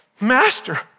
Master